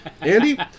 Andy